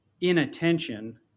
inattention